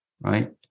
Right